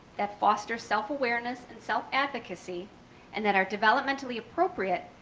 that foster self-awareness and self-advocacy and that are developmentally appropriate,